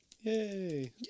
Yay